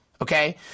Okay